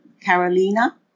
Carolina